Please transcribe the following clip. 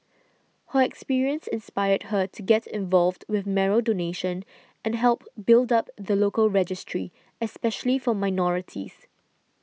her experience inspired her to get involved with marrow donation and help build up the local registry especially for minorities